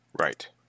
Right